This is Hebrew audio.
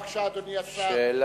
בבקשה, אדוני השר.